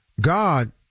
God